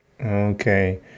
Okay